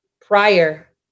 prior